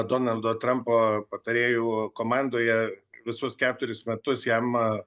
donaldo trumpo patarėjų komandoje visus keturis metus jam